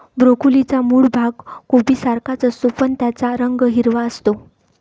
ब्रोकोलीचा मूळ भाग कोबीसारखाच असतो, पण त्याचा रंग हिरवा असतो